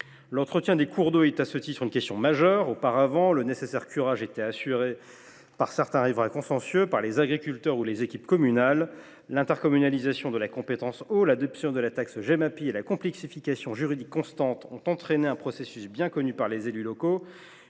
L’entretien des cours d’eau est une question majeure. Auparavant, le nécessaire curage était assuré par certains riverains consciencieux, les agriculteurs ou les équipes communales. L’intercommunalisation de la compétence « eau », l’adoption de la taxe Gemapi et la complexification juridique constante ont entraîné un processus bien connu par les élus locaux